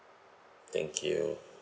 thank you